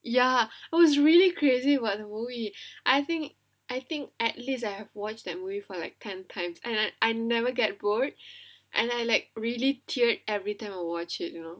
ya I was really crazy about the movie I think I think at least I have watched them with for like ten times and I I never get bored and I like really tear every time I watch it you know